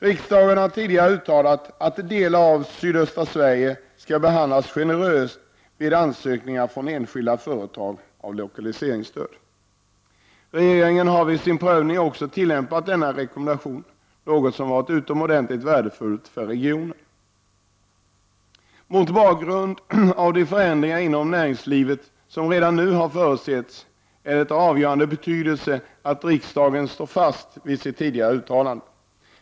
Riksdagen har tidigare uttalat att delar av sydöstra Sverige skall behandlas generöst vid ansökningar från enskilda företag om lokaliseringsstöd. Regeringen har vid sin prövning också tillämpat denna rekommendation, något som varit utomordentligt värdefullt för regionen. Mot bakgrund av de förändringar inom näringslivet som redan nu kan förutses är det av avgörande betydelse att riksdagen står fast vid sitt tidigare uttalande.